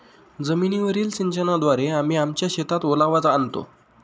जमीनीवरील सिंचनाद्वारे आम्ही आमच्या शेतात ओलावा आणतो